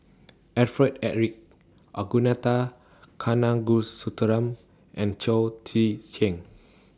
Alfred Eric Ragunathar Kanagasuntheram and Chao Tzee Cheng